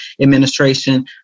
administration